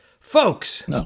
folks